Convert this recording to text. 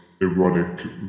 erotic